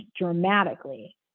dramatically